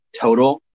total